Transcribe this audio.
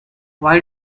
why